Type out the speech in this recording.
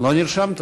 לא נרשמת.